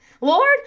Lord